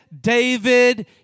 David